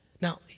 Now